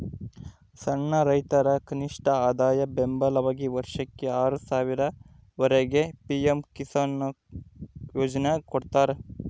ಸಣ್ಣ ರೈತರ ಕನಿಷ್ಠಆದಾಯ ಬೆಂಬಲವಾಗಿ ವರ್ಷಕ್ಕೆ ಆರು ಸಾವಿರ ವರೆಗೆ ಪಿ ಎಂ ಕಿಸಾನ್ಕೊ ಯೋಜನ್ಯಾಗ ಕೊಡ್ತಾರ